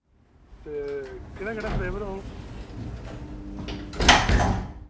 ते केह्ड़ा केह्ड़ा फ्लेवर होग